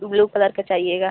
blue colour का चाहिएगा